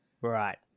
Right